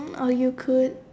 or you could